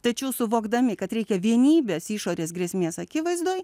tačiau suvokdami kad reikia vienybės išorės grėsmės akivaizdoj